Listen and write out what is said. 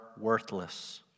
worthless